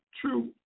true